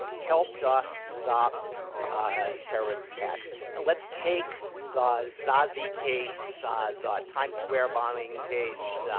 helped us stop terrorist attacks? and let's take the zazi case, ah the times square bombing case,